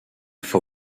for